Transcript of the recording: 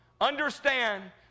Understand